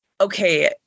okay